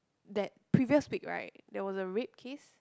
that previous week right there was a rape case